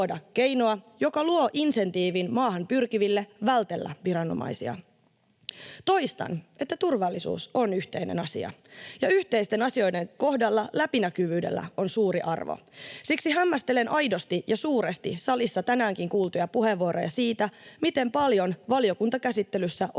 joka luo insentiivin maahan pyrkiville vältellä viranomaisia. Toistan, että turvallisuus on yhteinen asia, ja yhteisten asioiden kohdalla läpinäkyvyydellä on suuri arvo. Siksi hämmästelen aidosti ja suuresti salissa tänäänkin kuultuja puheenvuoroja siitä, miten paljon valiokuntakäsittelyssä